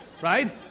Right